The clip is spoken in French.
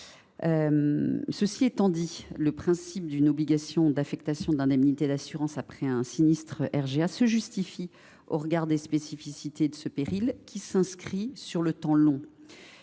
Cela étant dit, le principe d’une obligation d’affectation de l’indemnité d’assurance allouée après un sinistre lié à un RGA se justifie au regard des spécificités de ce péril, qui s’inscrit dans le temps long.